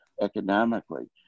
economically